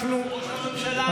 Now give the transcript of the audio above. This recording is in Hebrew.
למה שתקתם?